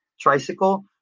tricycle